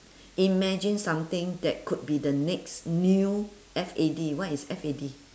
imagine something that could be the next new F A D what is F A D